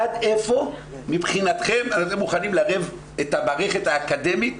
עד איפה מבחינתכם אתם מוכנים לערב את המערכת האקדמית,